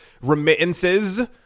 remittances